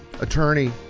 attorney